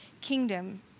kingdom